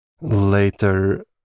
later